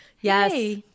Yes